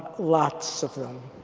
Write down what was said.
lots of them.